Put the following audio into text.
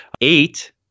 Eight